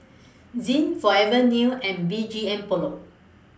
Zinc Forever New and B G M Polo